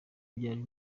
byari